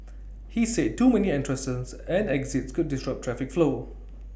he said too many entrances and exits could disrupt traffic flow